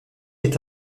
est